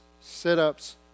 sit-ups